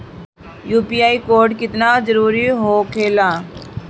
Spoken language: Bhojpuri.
यू.पी.आई कोड केतना जरुरी होखेला?